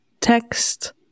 text